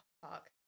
fuck